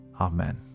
Amen